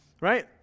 Right